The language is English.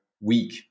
week